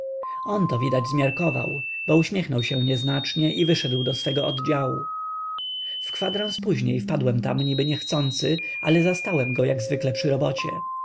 on to widać zmiarkował bo uśmiechnął się nieznacznie i wyszedł do swojego oddziału w kwadrans później wpadłem tam niby niechcący ale zastałem go jak zwykle